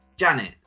Janet